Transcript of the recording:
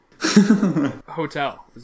hotel